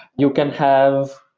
you can have